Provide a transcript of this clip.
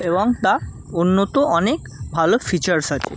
এবং তা উন্নত অনেক ভালো ফিচার্স আছে